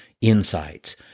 insights